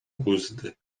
uzdy